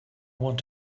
want